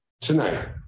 tonight